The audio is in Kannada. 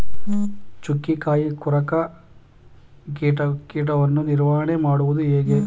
ಚುಕ್ಕಿಕಾಯಿ ಕೊರಕ ಕೀಟವನ್ನು ನಿವಾರಣೆ ಮಾಡುವುದು ಹೇಗೆ?